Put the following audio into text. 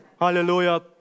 Hallelujah